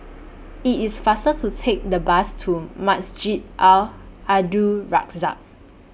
IT IS faster to Take The Bus to Masjid Al Abdul Razak